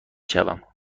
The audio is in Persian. شوم